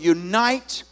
unite